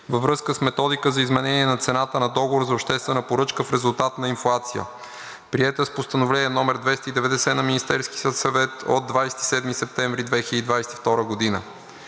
във връзка с Методика за изменение на цената на договора за обществена поръчка, в резултат на инфлация, приета с Постановление № 290 на Министерския съвет от 27 септември 2022 г.